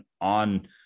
on